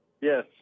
Yes